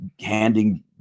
handing